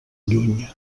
lluny